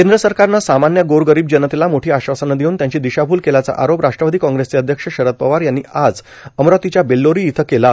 केंद्र सरकारनं सामान्य गोरगरीब जनतेला मोठी आश्वासनं देऊन त्यांची दिशाभूल केल्याचा आरोप राष्ट्रवादी काँग्रेसचे अध्यक्ष शरद पवार यांनी आज अमरावतीच्या बेल्लोरी इथं केला